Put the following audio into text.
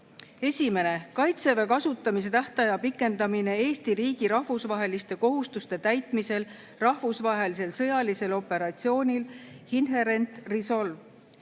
Esimene, "Kaitseväe kasutamise tähtaja pikendamine Eesti riigi rahvusvaheliste kohustuste täitmisel rahvusvahelisel sõjalisel operatsioonil Inherent Resolve".